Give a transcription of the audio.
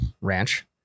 ranch